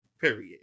Period